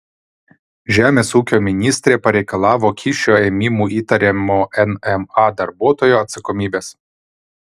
žemės ūkio ministrė pareikalavo kyšio ėmimu įtariamo nma darbuotojo atsakomybės